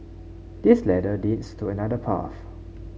this ladder leads to another path